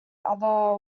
other